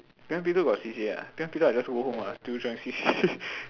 P one P two got C_C_A ah then P two I just go home ah still join C_C_A